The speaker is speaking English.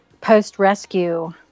post-rescue